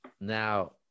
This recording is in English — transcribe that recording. now